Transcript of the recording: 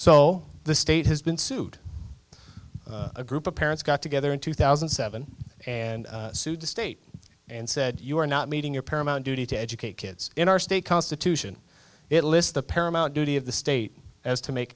so the state has been sued a group of parents got together in two thousand and seven and sued the state and said you are not meeting your paramount duty to educate kids in our state constitution it lists the paramount duty of the state as to make